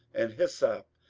and hyssop,